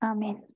Amen